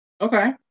Okay